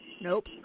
Nope